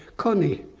kony,